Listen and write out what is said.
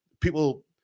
People